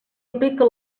aplica